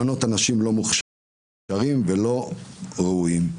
למנות אנשים לא מוכשרים ולא ראויים.